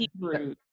Hebrew